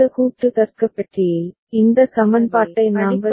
இந்த கூட்டு தர்க்க பெட்டியில் இந்த சமன்பாட்டை நாங்கள் பெற்றுள்ளோம் சரி